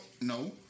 No